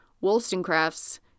Wollstonecraft's